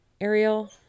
Ariel